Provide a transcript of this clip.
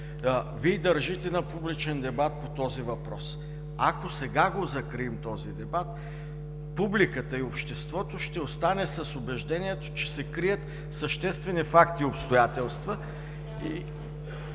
Вие държите на публичен дебат по този въпрос, ако сега закрием този дебат, публиката и обществото ще останат с убеждението, че се крият съществени факти и обстоятелства